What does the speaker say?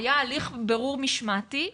היה הליך בירור משמעתי,